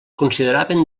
consideraven